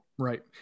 Right